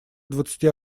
двадцати